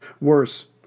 Worse